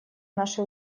наши